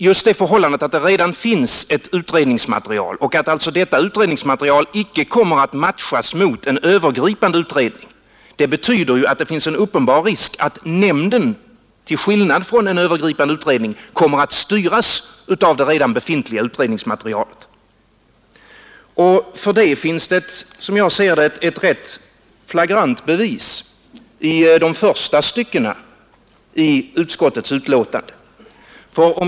: Just det förhållandet att det redan finns ett utredningsmaterial och att alltså detta inte kommer att matchas mot en övergripande utredning betyder att det finns en uppenbar risk att nämnden till skillnad från en övergripande utredning kommer att styras av det redan befintliga utredningsmaterialet. Härför finns det, som jag ser det, ett rätt flagrant bevis i de första styckena i utskottets betänkande.